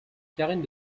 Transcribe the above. carène